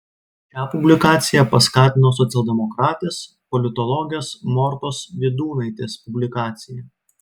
šią publikaciją paskatino socialdemokratės politologės mortos vydūnaitės publikacija